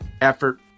effort